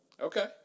Okay